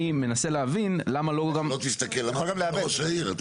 אני מנסה להבין למה לא -- גם לא תסתכל רק על ראש העיר,